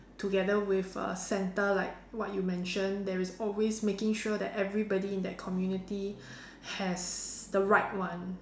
together with a centre like what you mention there's always making sure that everybody in that community has the right one